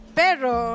pero